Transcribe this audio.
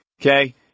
Okay